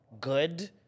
good